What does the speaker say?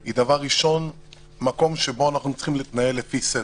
היא דבר ראשון מקום שבו אנחנו צריכים להתנהל לפי סדר.